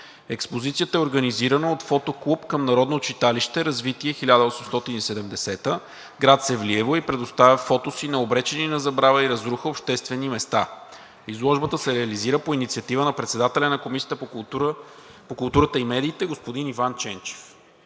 Експозицията е организирана от фотоклуб към Народно читалище „Развитие 1870“ – град Севлиево, и предоставя фотоси на обречени на забрава и разруха обществени места. Изложбата се реализира по инициатива на председателя на Комисията по културата и медиите господин Иван Ченчев.